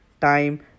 time